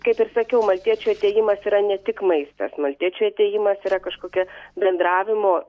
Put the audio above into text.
kaip ir sakiau maltiečių atėjimas yra ne tik maistas maltiečių atėjimas yra kažkokia bendravimo